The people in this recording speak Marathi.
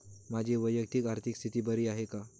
माझी वैयक्तिक आर्थिक स्थिती बरी आहे का?